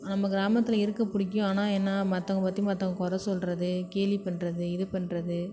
நம்ம கிராமத்தில் இருக்க பிடிக்கும் ஆனால் என்ன மற்றவங்க பற்றி மற்றவங்க கொறை சொல்கிறது கேலி பண்ணுறது இது பண்ணுறது